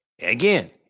Again